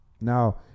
Now